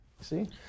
see